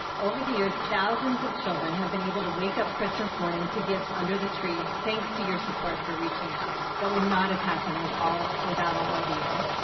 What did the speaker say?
over the years thousands of children have been able to wake up christmas morning to gifts under the tree thanks to your support for reaching out that would not have happened with all without all of you.